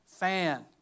Fan